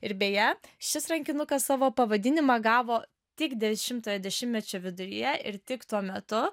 ir beje šis rankinukas savo pavadinimą gavo tik dešimtojo dešimtmečio viduryje ir tik tuo metu